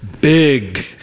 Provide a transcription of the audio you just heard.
big